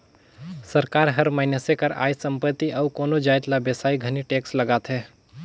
सरकार हर मइनसे कर आय, संपत्ति अउ कोनो जाएत ल बेसाए घनी टेक्स लगाथे